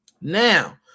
Now